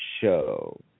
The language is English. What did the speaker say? show